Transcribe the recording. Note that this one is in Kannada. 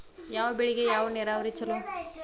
ಯಾವ ಬೆಳಿಗೆ ಯಾವ ನೇರಾವರಿ ಛಲೋ?